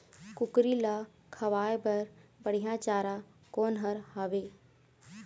कुकरी ला खवाए बर बढीया चारा कोन हर हावे?